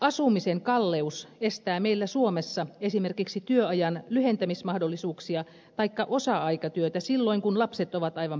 asumisen kalleus estää meillä suomessa esimerkiksi työajan lyhentämismahdollisuuksia taikka osa aikatyötä silloin kun lapset ovat aivan pieniä